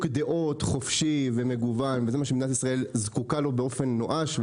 דעות חופשי ומגוון זה מה שמדינת ישראל זקוקה לו באופן נואש.